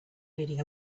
reading